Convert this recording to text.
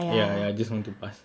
ya ya I just want to pass